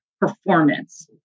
performance